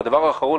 והדבר האחרון,